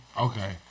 Okay